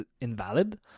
invalid